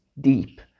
deep